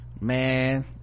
man